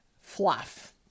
fluff